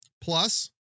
plus